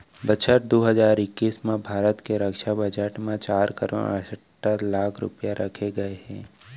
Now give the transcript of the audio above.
बछर दू हजार इक्कीस म भारत के रक्छा बजट म चार करोड़ अठत्तर लाख रूपया रखे गए हे